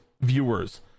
viewers